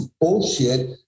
bullshit